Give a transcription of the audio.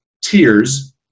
Tears